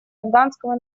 афганского